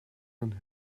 and